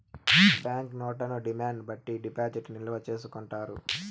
bank నోట్లను demand బట్టి డిపాజిట్లు నిల్వ చేసుకుంటారు